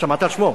שמעת את שמו?